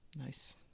nice